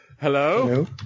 Hello